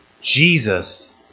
Jesus